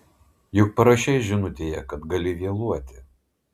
juk parašei žinutėje kad gali vėluoti